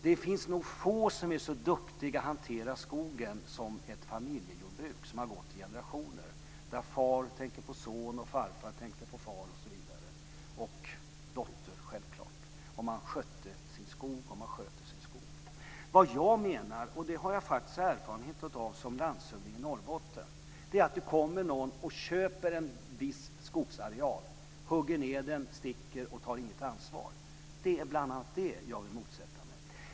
Det finns nog få som är så duktiga på att hantera skogen som ett familjebruk som har gått i generationer, där far tänker på son, farfar tänkte på far och självklart på dotter. Man skötte sin skog. Vad jag menar, och det har jag faktiskt erfarenhet av som landshövding i Norrbotten, är att det kommer någon och köper en viss skogsareal, hugger ned den, sticker och ta inget ansvar. Det är bl.a. det jag motsätter mig.